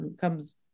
comes